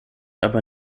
aber